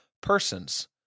persons